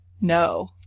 No